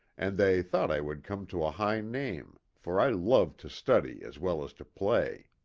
and they thought i would come to a high name, for i loved to study as well as to play